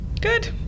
Good